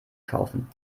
kaufen